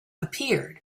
appeared